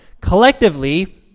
Collectively